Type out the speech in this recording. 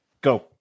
Go